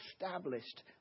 established